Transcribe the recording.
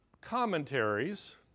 commentaries